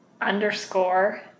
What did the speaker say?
underscore